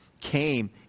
came